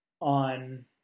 on